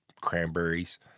cranberries